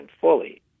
fully